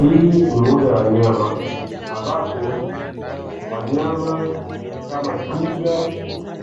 Hii ni mbuga ya wanyama ambapo wanyama kama twiga,